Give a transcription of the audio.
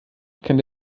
kann